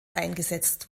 eingesetzt